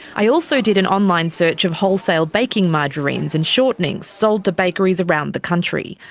i also did an online search of wholesale baking margarines and shortenings sold to bakeries around the country.